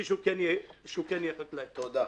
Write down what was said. תודה.